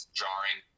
jarring